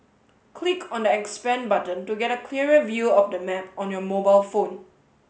click on the expand button to get a clearer view of the map on your mobile phone